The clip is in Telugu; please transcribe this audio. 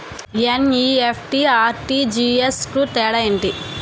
ఎన్.ఈ.ఎఫ్.టి, ఆర్.టి.జి.ఎస్ కు తేడా ఏంటి?